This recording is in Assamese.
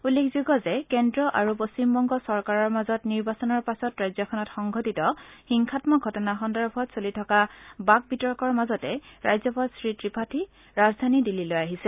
উল্লেখযোগ্য যে কেন্দ্ৰ আৰু পশ্চিমবংগ চৰকাৰৰ মাজত নিৰ্বাচনৰ পাছত ৰাজ্যখনত সংঘটিত হিংসামক ঘটনা সন্দৰ্ভত চলি থকা বাক বিতৰ্কৰ মাজতে ৰাজ্যপাল শ্ৰীত্ৰিপাঠি ৰাজধানী দিল্লীলৈ আহিছে